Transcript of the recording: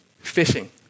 Fishing